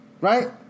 Right